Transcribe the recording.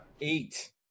eight